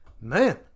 man